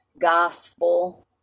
gospel